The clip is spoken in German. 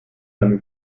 eine